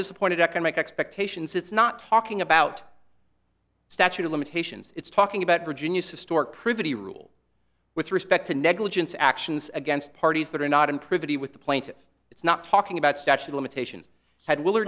disappointed economic expectations it's not talking about statute of limitations it's talking about virginia's historic privity rule with respect to negligence actions against parties that are not improving he with the plaintive it's not talking about statute limitations had will or